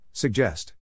Suggest